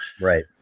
Right